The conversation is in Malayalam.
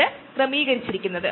ഇത് നമ്മളെ എന്തുകൊണ്ട് അലട്ടുന്നു